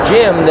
Jim